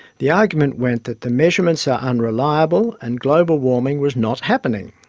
the argument went that the measurements are unreliable and global warming was not happening.